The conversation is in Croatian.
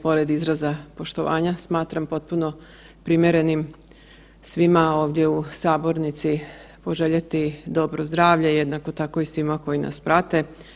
Pored izraza poštovani smatram potpuno primjerenim svima ovdje u sabornici poželjeti dobro zdravlje, jednako tako i svima koji nas prate.